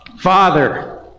Father